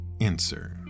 answer